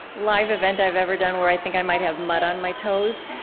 live event i've ever done where i think i might have mud on my toes.